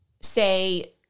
say